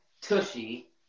Tushy